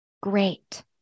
Great